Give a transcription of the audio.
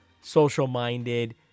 social-minded